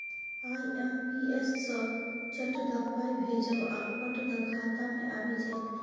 IMPS सँ चट दअ पाय भेजब आ पट दअ खाता मे आबि जाएत